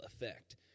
effect